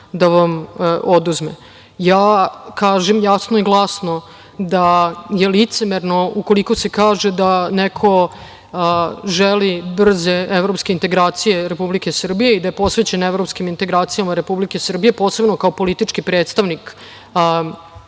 da vam oduzme. Kažem jasno i glasno da je licemerno ukoliko se kaže da neko želi brze evropske integracije Republike Srbije i da je posvećen evropskim integracijama Republike Srbije, posebno kao politički predstavnik